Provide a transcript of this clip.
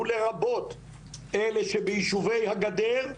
ולרבות אלו שביישובי הגדר,